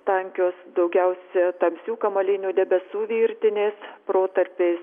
tankios daugiausia tamsių kamuolinių debesų virtinės protarpiais